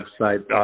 website